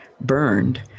burned